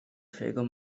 twojego